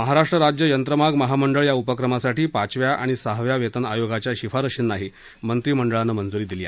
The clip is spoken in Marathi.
महाराष्ट्र राज्य यंत्रमागमहामंडळ या उपक्रमासाठी पाचव्या आणि सहाव्या वेतन आयोगाच्या शिफारशींनाही मंत्रीमंडळानं मंज्री दिली